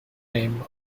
name